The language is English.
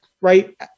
right